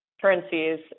currencies